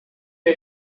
der